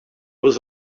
was